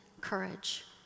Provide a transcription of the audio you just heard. courage